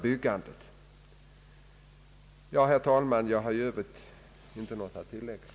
Herr talman! Jag har inte något att tillägga.